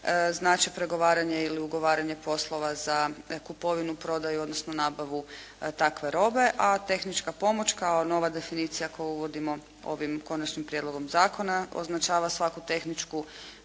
znače pregovaranje ili ugovaranje poslova za kupovinu, prodaju, odnosno nabavu takve robe, a tehnička pomoć kao nova definicija koju uvodimo ovim Konačnim prijedlogom zakona označava svaku tehničku